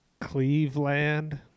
Cleveland